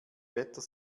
wetter